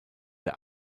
der